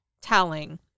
telling